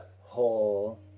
whole